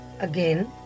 Again